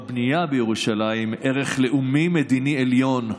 בבנייה בירושלים, ערך לאומי-מדיני עליון,